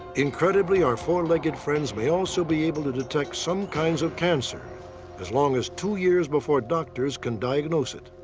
incredibly, our four-legged friends may also be able to detect some kinds of cancer as long as two years before doctors can diagnose it.